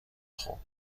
خوب